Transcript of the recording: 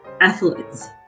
athletes